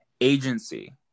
agency